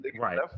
right